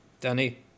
Danny